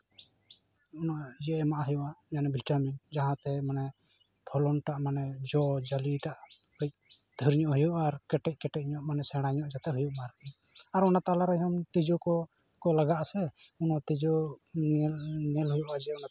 ᱱᱚᱣᱟ ᱤᱭᱟᱹ ᱮᱢᱟᱜ ᱦᱩᱭᱩᱜᱼᱟ ᱱᱚᱣᱟ ᱡᱮᱱᱚ ᱵᱷᱤᱴᱟᱢᱤᱱ ᱡᱟᱦᱟᱸᱛᱮ ᱢᱟᱱᱮ ᱯᱷᱚᱞᱚᱱᱴᱟᱜ ᱢᱟᱱᱮ ᱡᱚ ᱡᱟᱞᱤᱴᱟᱜ ᱠᱟᱺᱪ ᱰᱷᱮᱹᱨ ᱧᱚᱜ ᱦᱩᱭᱩᱜᱼᱟ ᱟᱨ ᱠᱮᱴᱮᱡ ᱠᱮᱴᱮᱡ ᱧᱚᱜ ᱠᱟᱺᱪ ᱢᱟᱱᱮ ᱥᱮᱬᱟ ᱧᱚᱜ ᱡᱟᱛᱮ ᱦᱩᱭᱩᱜ ᱢᱟ ᱟᱨᱠᱤ ᱟᱨ ᱚᱱᱟ ᱛᱟᱞᱟᱨᱮ ᱛᱤᱡᱩ ᱠᱚ ᱠᱚ ᱞᱟᱜᱟᱜᱼᱟ ᱥᱮ ᱚᱱᱟ ᱛᱮᱡᱩ ᱧᱮᱞ ᱧᱮᱞ ᱦᱩᱭᱩᱜᱼᱟ ᱡᱮ ᱚᱱᱟ ᱛᱮᱡᱩ